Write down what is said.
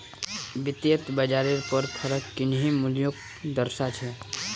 वित्तयेत बाजारेर पर फरक किन्ही मूल्योंक दर्शा छे